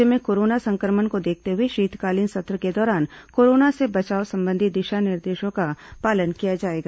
राज्य में कोरोना संक्रमण को देखते हए शीतकालीन सत्र के दौरान कोरोना से बचाव संबंधी दिशा निर्देशों का पालन किया जाएगा